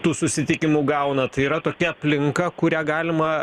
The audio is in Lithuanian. tų susitikimų gauna tai yra tokia aplinka kurią galima